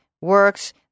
works